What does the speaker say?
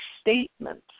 statements